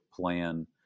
plan